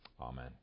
Amen